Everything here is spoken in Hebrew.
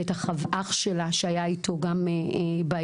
ואת האח שלה שהיה איתו גם באירוע.